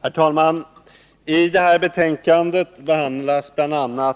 Herr talman! I detta betänkande behandlas bl.a.